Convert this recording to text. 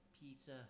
Pizza